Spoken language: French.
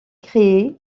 créé